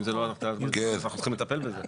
אם זה לא התקנת מנגנון צריך לשנות את זה.